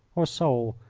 or soult,